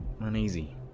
uneasy